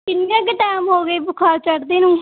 ਕਿੰਨਾ ਕੁ ਟੈਮ ਹੋ ਗਿਆ ਜੀ ਬੁਖ਼ਾਰ ਚੜ੍ਹਦੇ ਨੂੰ